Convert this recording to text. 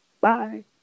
Bye